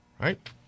Right